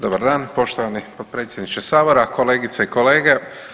Dobar dan poštovani potpredsjedniče Sabora, kolegice i kolege.